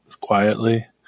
quietly